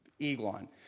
Eglon